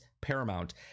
paramount